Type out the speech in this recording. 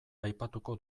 aipatuko